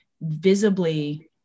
visibly